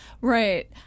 right